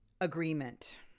Agreement